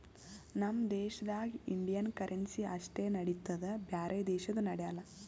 ನಮ್ ದೇಶದಾಗ್ Indian currency ಅಷ್ಟೇ ನಡಿತ್ತುದ್ ಬ್ಯಾರೆ ದೇಶದು ನಡ್ಯಾಲ್